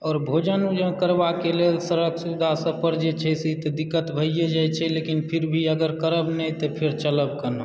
आओर भोजन ओजन करबाक लेल सड़क पर सुविधासभ जे छै से दिक्कत भइए जाइ छै लेकिन फिर भी अगर करब नहि तऽ फेर चलब केना